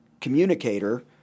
communicator